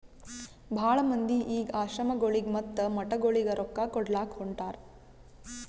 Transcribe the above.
ಭಾಳ ಮಂದಿ ಈಗ್ ಆಶ್ರಮಗೊಳಿಗ ಮತ್ತ ಮಠಗೊಳಿಗ ರೊಕ್ಕಾ ಕೊಡ್ಲಾಕ್ ಹೊಂಟಾರ್